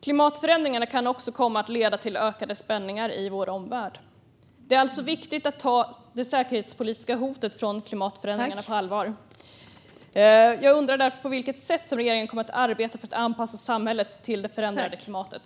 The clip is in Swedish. Klimatförändringarna kan också komma att leda till ökade spänningar i vår omvärld. Det är alltså viktigt att ta det säkerhetspolitiska hotet från klimatförändringarna på allvar. Jag undrar därför på vilket sätt regeringen kommer att arbeta för att anpassa samhället till det förändrade klimatet.